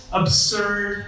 absurd